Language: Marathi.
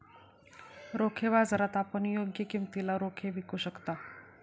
रोखे बाजारात आपण योग्य किमतीला रोखे विकू शकता